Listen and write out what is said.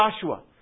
Joshua